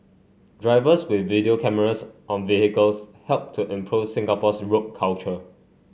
drivers with video cameras on vehicles help to improve Singapore's road culture